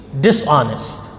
dishonest